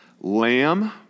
Lamb